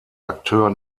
akteur